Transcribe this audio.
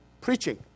preaching